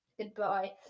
Goodbye